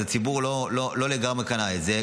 הציבור לא לגמרי קנה את זה.